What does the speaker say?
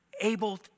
able